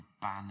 banner